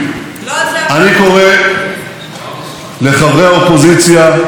אני קורא לחברי האופוזיציה הציונים,